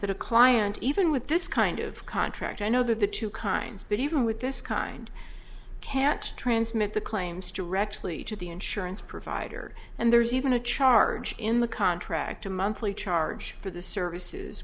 that a client even with this kind of contract i know that the two kinds but even with this kind can't transmit the claims directly to the insurance provider and there's even a charge in the contract a monthly charge for the services